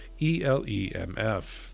ELEMF